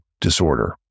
disorder